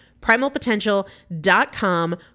Primalpotential.com